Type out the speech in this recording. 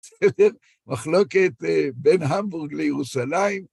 זה מחלוקת בין המבורג לירושלים.